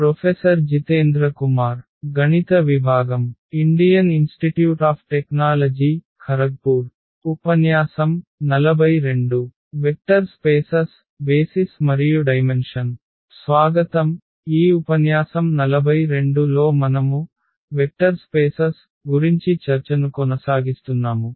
స్వాగతం ఈ ఉపన్యాసం 42 లో మనము వెక్టర్ స్పేసస్ గురించి చర్చను కొనసాగిస్తున్నాము